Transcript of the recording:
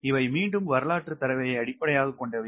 இவை மீண்டும் வரலாற்றுத் தரவை அடிப்படையாகக் கொண்டவை